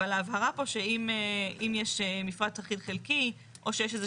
אבל ההבהרה פה שאם יש מפרט אחיד חלקי או שיש איזה